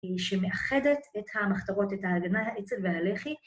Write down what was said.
שמאחדת את המחתרות, את ההגנה האצל והלחי